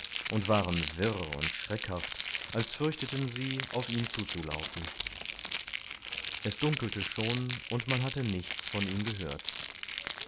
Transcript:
und waren wirr und schreckhaft als fürchteten sie auf ihn zuzulaufen es dunkelte schon und man hatte nichts von ihm gehört